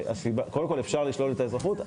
קודם כל, אפשר לשלול את האזרחות.